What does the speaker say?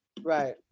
Right